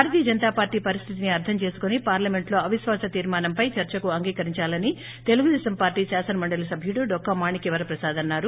భారతీయ జనతాపార్లీ పరిస్టితిని అర్గం చేసుకుని పార్లమెంట్లో అవిశ్వాస తీర్మానంపై చర్చకు అంగీకరిందాలని తెలుగుదేశం పార్టీ శాసన మండలి సభ్యుడు డొక్కా మాణిక్య వరప్రసాద్ అన్నారు